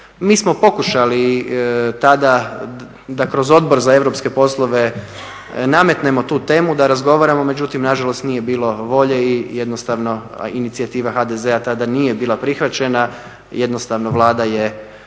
Mi smo pokušali tada da kroz Odbor za europske poslove nametnemo tu temu, da razgovaramo, međutim nažalost nije bilo volje i jednostavno inicijativa HDZ-a tada nije bila prihvaćena, jednostavno Vlada je